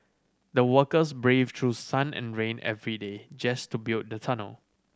the workers braved through sun and rain every day just to build the tunnel